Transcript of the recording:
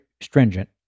stringent